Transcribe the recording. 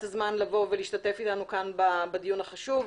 הזמן לבוא ולהשתתף איתנו כאן בדיון החשוב.